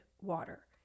water